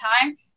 time